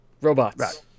Robots